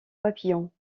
papillons